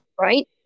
right